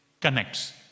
connects